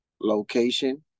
location